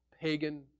pagan